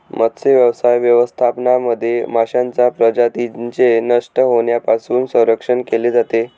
मत्स्यव्यवसाय व्यवस्थापनामध्ये माशांच्या प्रजातींचे नष्ट होण्यापासून संरक्षण केले जाते